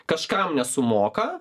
kažkam nesumoka